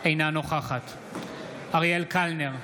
אינה נוכחת אריאל קלנר,